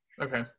Okay